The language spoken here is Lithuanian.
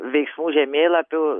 veiksmų žemėlapiu